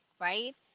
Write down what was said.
right